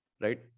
right